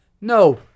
No